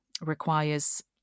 requires